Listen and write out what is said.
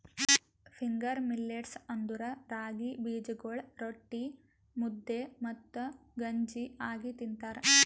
finger millets ಅಂದುರ್ ರಾಗಿ ಬೀಜಗೊಳ್ ರೊಟ್ಟಿ, ಮುದ್ದೆ ಮತ್ತ ಗಂಜಿ ಆಗಿ ತಿಂತಾರ